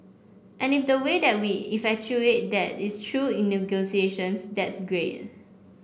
and if the way that we effectuate that is through negotiations that's great